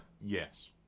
Yes